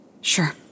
Sure